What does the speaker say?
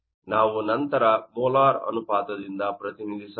ನಾವು ನಂತರ ಮೋಲಾರ್ ಅನುಪಾತದಿಂದ ಪ್ರತಿನಿಧಿಸಬಹುದು